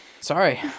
Sorry